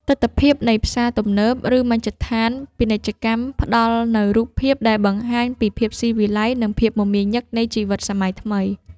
ទិដ្ឋភាពនៃផ្សារទំនើប ឬមជ្ឈមណ្ឌលពាណិជ្ជកម្មផ្ដល់នូវរូបភាពដែលបង្ហាញពីភាពស៊ីវិល័យ និងភាពមមាញឹកនៃជីវិតសម័យថ្មី។